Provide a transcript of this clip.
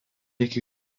iki